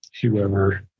whoever